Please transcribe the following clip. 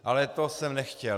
Ale to jsem nechtěl.